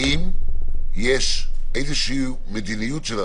האם יש איזושהי מדיניות?